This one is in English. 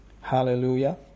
Hallelujah